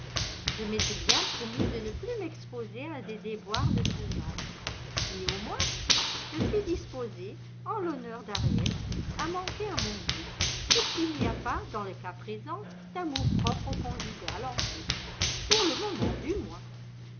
je m'étais bien promis de ne plus m'exposer à des déboires de ce genre néanmoins je suis disposée en l'honneur d'harriet à manquer à mon vœu puisqu'il n'y a pas dans le cas présent d'amour-propre conjugal en jeu pour le moment du moins